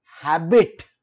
habit